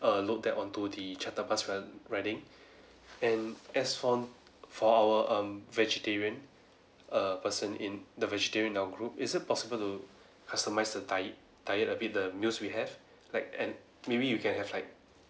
uh load that onto the shuttle bus run riding and as for for our um vegetarian uh person in the vegetarian in our group is it possible to customize the die~ diet a bit the meals we have like and maybe you can have like